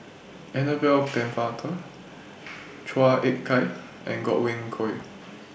Annabel Pennefather Chua Ek Kay and Godwin Koay